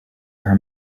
her